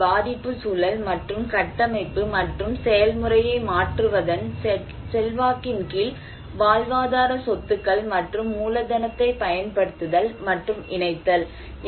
ஒன்று பாதிப்புச் சூழல் மற்றும் கட்டமைப்பு மற்றும் செயல்முறையை மாற்றுவதன் செல்வாக்கின் கீழ் வாழ்வாதார சொத்துக்கள் மற்றும் மூலதனத்தைப் பயன்படுத்துதல் மற்றும் இணைத்தல்